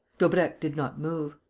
daubrecq did not move.